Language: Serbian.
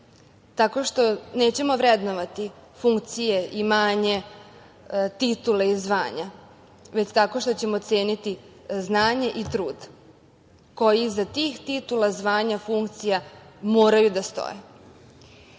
tako što nećemo vrednovati funkcije, imanje titule i zvanja, već tako što ćemo ceniti znanje i trud, koji iza tih titula, zvanja, funkcija, moraju da stoje. Baš